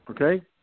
Okay